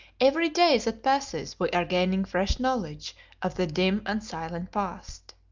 every day that passes we are gaining fresh knowledge of the dim and silent past.